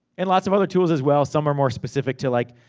and lots of other tools as well. some are more specific to like,